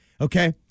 okay